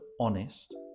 honest